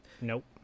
Nope